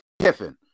Kiffin